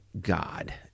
God